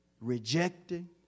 Rejecting